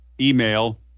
email